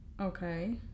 Okay